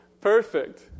perfect